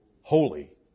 holy